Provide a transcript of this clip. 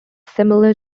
similar